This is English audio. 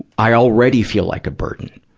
i already feel like a burden,